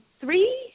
three